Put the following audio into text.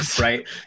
Right